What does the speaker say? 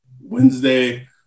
Wednesday